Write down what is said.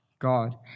God